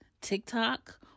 TikTok